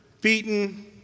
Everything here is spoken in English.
beaten